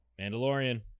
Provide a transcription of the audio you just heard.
Mandalorian